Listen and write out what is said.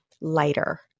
lighter